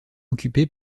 occupé